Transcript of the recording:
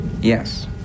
Yes